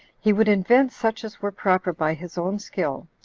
he would invent such as were proper by his own skill,